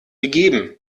gegeben